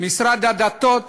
משרד הדתות